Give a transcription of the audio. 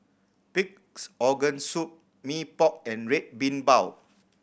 Pig's Organ Soup Mee Pok and Red Bean Bao